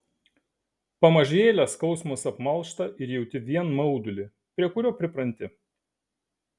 pamažėle skausmas apmalšta ir jauti vien maudulį prie kurio pripranti